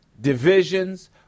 divisions